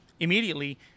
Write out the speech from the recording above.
immediately